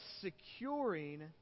securing